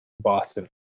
Boston